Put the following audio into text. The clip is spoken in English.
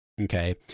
Okay